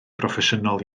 broffesiynol